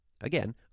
again